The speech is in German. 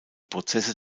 prozesse